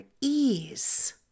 ease